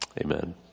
Amen